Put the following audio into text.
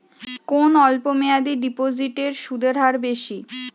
কোন অল্প মেয়াদি ডিপোজিটের সুদের হার বেশি?